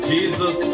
Jesus